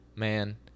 man